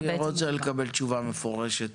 אני רוצה לקבל תשובה מפורשת